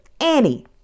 Annie